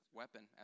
weapon